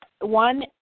one